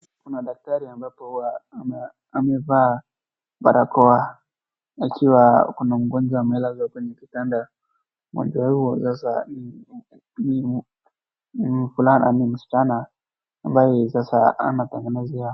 Kuna daktari ambapo hua amevaa barakoa akiwa kuna mgonjwa amelazwa kwenye kitanda majaliwa sasa ni mvulana ni msichana ambaye sasa anatengenezea.